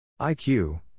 IQ